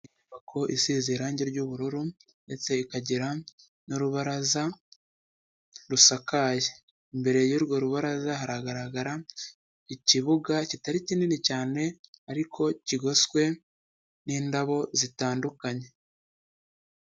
Inyubako isize irangi ry'ubururu ndetse ikagira n'urubaraza rusakaye, mbere y'urwo rubaraza haragaragara ikibuga kitari kinini cyane, ariko kigoswe n'indabo zitandukanye.